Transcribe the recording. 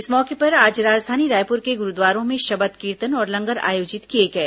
इस मौके पर आज राजधानी रायपुर के गुरूद्वारों में शबद कीर्तन और लंगर आयोजित किए गए